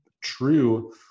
true